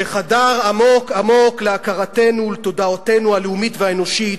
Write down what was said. שחדר עמוק-עמוק להכרתנו ולתודעתנו הלאומית והאנושית,